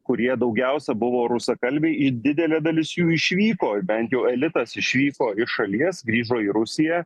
kurie daugiausia buvo rusakalbiaiir didelė dalis jų išvyko bent jų elitas išvyko iš šalies grįžo į rusiją